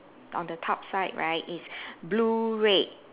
on the top side right it's blue red